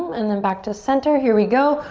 and then back to center, here we go.